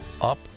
up